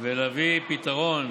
ולהביא לפתרון